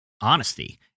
honesty